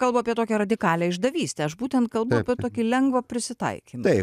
kalbu apie tokią radikalią išdavystę aš būtent kalbu apie tokį lengvą prisitaikymą